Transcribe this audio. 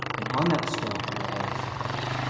and on that stalk are all the flowers.